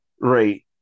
Right